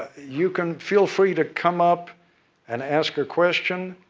you can feel free to come up and ask a question,